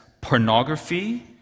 pornography